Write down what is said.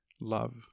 love